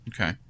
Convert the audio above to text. okay